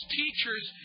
teachers